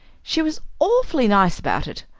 she was awfully nice about it.